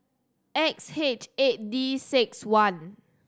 X H eight D six one